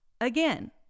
again